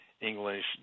English